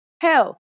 Hell